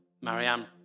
Marianne